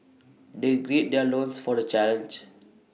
they gird their loins for the challenge